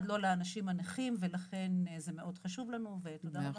לא לאנשים הנכים ולכן זה מאוד חשוב לנו ותודה רבה.